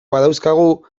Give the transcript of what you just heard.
badauzkagu